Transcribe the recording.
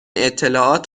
اطلاعات